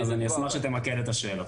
אז אני אשמח שתמקד את השאלות.